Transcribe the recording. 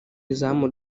izamu